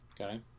Okay